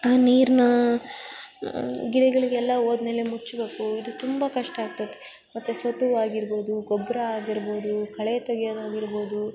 ಆ ನೀರನ್ನು ಗಿಡಗಳಿಗೆಲ್ಲ ಹೋದ್ಮೇಲೆ ಮುಚ್ಬೇಕು ಇದು ತುಂಬ ಕಷ್ಟ ಆಗ್ತದೆ ಮತ್ತೆ ಸತುವು ಆಗಿರಬೋದು ಗೊಬ್ಬರ ಆಗಿರಬೋದು ಕಳೆ ತೆಗೆಯದಾಗಿರಬೋದು